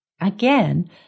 Again